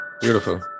Beautiful